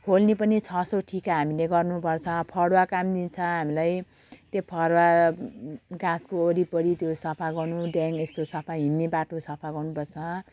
खोल्नी पनि छ सौ ठिका हामीले गर्नुपर्छ फरुवा काम दिन्छ हामीलाई त्यो फरुवा गाछको वरिपरि त्यो सफा गर्नु ड्याङ यस्तो सफा हिँड्ने बाटो सफा गर्नुपर्छ